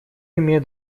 имеет